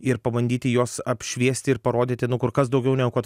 ir pabandyti juos apšviesti ir parodyti nu kur kas daugiau negu kad